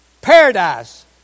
Paradise